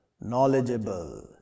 knowledgeable